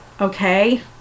Okay